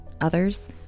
Others